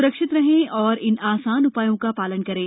स्रक्षित रहें और इन आसान उप्रायों का शालन करें